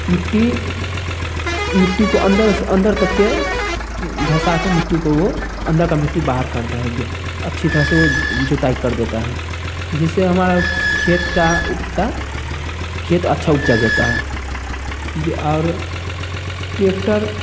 मिट्टी मिट्टी को अंदर अंदर तक के धंसा के मिट्टी को वो अंदर का मिट्टी बाहर करता है जोत अच्छी तरह से वो जुताई कर देता है जिससे हमारा खेत का उपजा खेत अच्छा उपजा जाता है जे और ट्रैक्टर